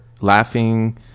laughing